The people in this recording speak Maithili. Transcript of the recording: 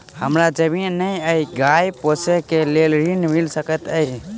हमरा जमीन नै अई की गाय पोसअ केँ लेल ऋण मिल सकैत अई?